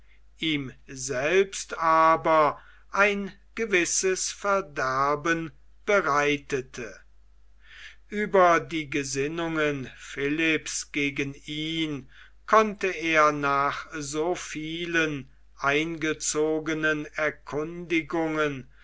ihm selbst aber ein gewisses verderben bereitete ueber die gesinnungen philipps gegen ihn konnte er nach so vielen eingezogenen erkundigungen